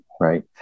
right